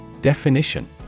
Definition